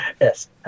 Yes